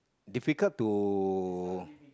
difficult to